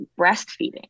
breastfeeding